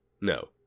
No